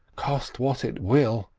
cost what it will.